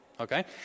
okay